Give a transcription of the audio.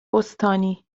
استانی